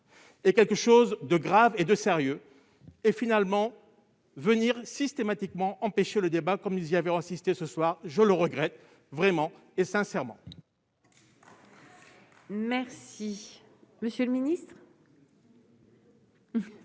et quelque chose de grave et de sérieux et finalement venir systématiquement empêché le débat comme nous y avait assisté ce soir, je le regrette vraiment et sincèrement. Merci, Monsieur le Ministre.